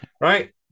Right